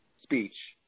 speech